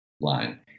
line